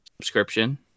subscription